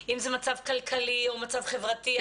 אם זה מצב כלכלי או מצב חברתי,